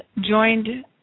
joined